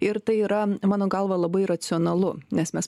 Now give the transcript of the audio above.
ir tai yra mano galva labai racionalu nes mes